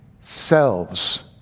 selves